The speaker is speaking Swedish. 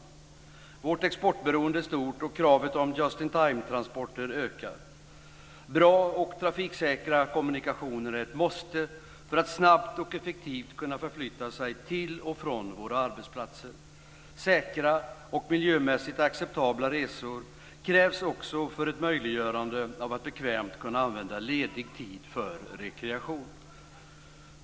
Vårt exportberoende är stort, och kravet på just-intime-transporter ökar. Bra och trafiksäkra kommunikationer är ett måste för att snabbt och effektivt kunna förflytta sig till och från våra arbetsplatser. Säkra och miljömässigt acceptabla resor krävs också för ett möjliggörande av att bekvämt kunna använda ledig tid för rekreation.